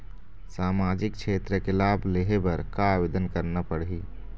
सामाजिक क्षेत्र के लाभ लेहे बर का आवेदन करना पड़ही?